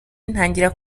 ntangira